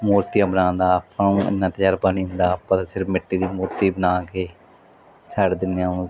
ਮੂਰਤੀਆਂ ਬਣਾਨ ਦਾ ਉਹਨਾਂ ਨੂੰ ਇੰਨਾਂ ਤਜ਼ਰਬਾ ਨਹੀ ਹੁੰਦਾ ਪਰ ਸਿਰਫ ਮਿੱਟੀ ਦੀ ਮੂਰਤੀ ਬਣਾ ਕੇ ਛੱਡ ਦਿੰਦੇ ਓ